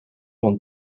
van